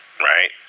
right